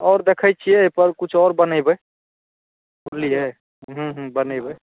आओर देखैत छियै एहिपर किछु आओर बनयबै सुनलियै ह्म्म ह्म्म बनयबै